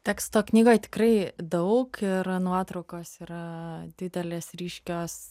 teksto knygoje tikrai daug ir nuotraukos yra didelės ryškios